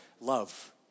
love